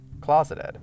closeted